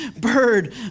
bird